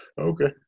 okay